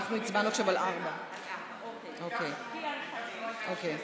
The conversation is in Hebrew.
אנחנו הצבענו עכשיו על 4. ירדנה, ביקשנו רק על